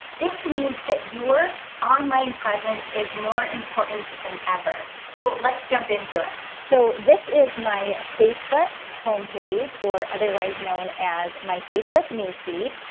this means that your online presence is more important than ever. so let's jump into it. so this is my facebook homepage or otherwise known as my facebook news-feed.